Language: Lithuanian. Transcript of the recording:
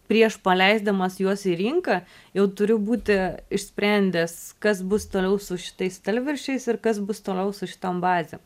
prieš paleisdamas juos į rinką jau turiu būti išsprendęs kas bus toliau su šitais stalviršiais ir kas bus toliau su šitom bazėm